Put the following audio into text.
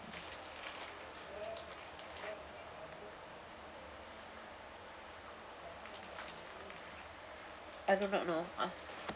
I do not know